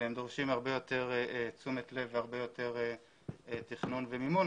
והם דורשים הרבה יותר תשומת לב והרבה יותר תכנון ומימון.